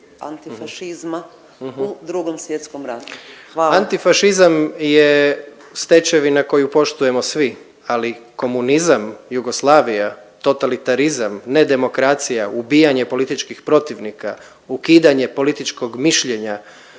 Hvala. **Jandroković, Gordan (HDZ)** Antifašizam je stečevina koju poštujemo svi, ali komunizam, Jugoslavija, totalitarizam, nedemokracija, ubijanje političkih protivnika, ukidanje političkog mišljenja,